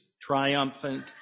triumphant